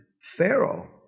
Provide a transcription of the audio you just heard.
Pharaoh